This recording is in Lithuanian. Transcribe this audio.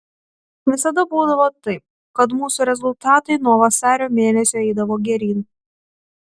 visada būdavo taip kad mūsų rezultatai nuo vasario mėnesio eidavo geryn